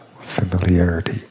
familiarity